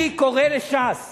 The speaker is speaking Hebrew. אני קורא לש"ס